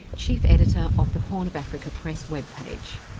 chief editor of the horn of africa press webpage.